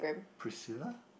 Priscilla